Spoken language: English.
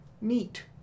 Neat